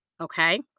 Okay